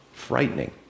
frightening